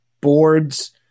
boards